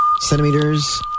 centimeters